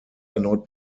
erneut